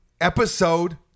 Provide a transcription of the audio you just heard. Episode